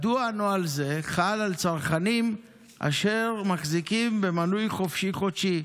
מדוע נוהל זה חל על צרכנים אשר מחזיקים במינוי חופשי-חודשי,